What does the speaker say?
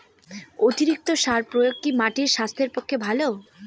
অতিরিক্ত সার প্রয়োগ কি মাটির স্বাস্থ্যের পক্ষে ভালো?